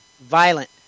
violent